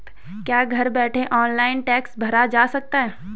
क्या घर बैठे ऑनलाइन टैक्स भरा जा सकता है?